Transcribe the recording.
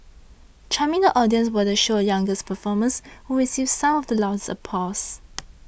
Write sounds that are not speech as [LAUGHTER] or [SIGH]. charming the audiences were the show's youngest performers who received some of the loudest applause [NOISE]